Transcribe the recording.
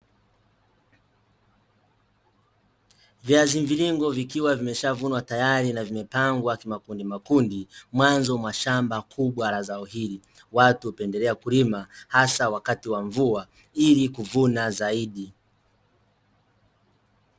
Viazi mviringo, vikiwa vimeshavunwa tayari na vimepangwa kimakundi makundi mwanzo mwa shamba kubwa la zao hili. Watu hupendelea kulima, hasa wakati wa mvua, ili kuvuna zaidi.